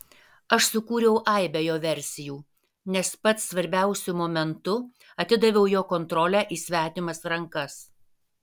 aš sukūriau aibę jo versijų nes pats svarbiausiu momentu atidaviau jo kontrolę į svetimas rankas